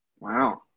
Wow